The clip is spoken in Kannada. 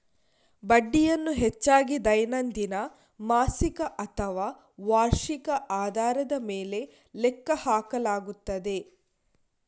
ಬಡ್ಡಿಯನ್ನು ಹೆಚ್ಚಾಗಿ ದೈನಂದಿನ, ಮಾಸಿಕ ಅಥವಾ ವಾರ್ಷಿಕ ಆಧಾರದ ಮೇಲೆ ಲೆಕ್ಕ ಹಾಕಲಾಗುತ್ತದೆ